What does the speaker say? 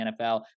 NFL